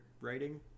writing